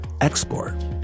export